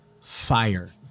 Fire